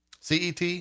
cet